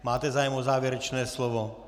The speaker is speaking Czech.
Máte zájem o závěrečné slovo?